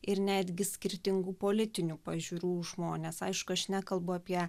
ir netgi skirtingų politinių pažiūrų žmones aišku aš nekalbu apie